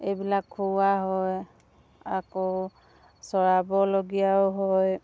এইবিলাক খুওৱা হয় আকৌ চৰাবলগীয়াও হয়